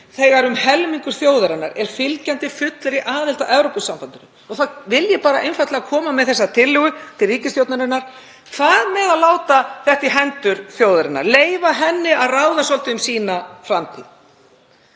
þegar um helmingur þjóðarinnar er fylgjandi fullri aðild að Evrópusambandinu og fólk vill bara einfaldlega koma með þessa tillögu til ríkisstjórnarinnar. Hvað með að láta þetta í hendur þjóðarinnar? Leyfa henni að ráða svolítið um sína framtíð.